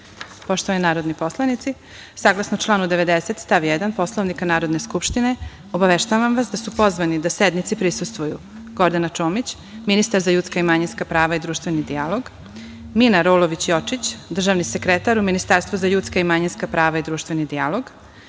narodni poslanici, saglasno članu 90. stav 1. Poslovnika Narodne skupštine obaveštavam vas da su pozvani da sednici prisustvuju: Gordana Čomić, ministar za ljudska i manjinska prava i društveni dijalog; Mina Rolović Jočić, državni sekretar Ministarstva za ljudska i manjinska prava i društveni dijalog;